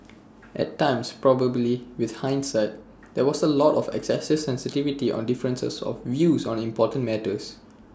at times probably with hindsight there was A lot of excessive sensitivity on differences of views on important matters